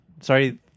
sorry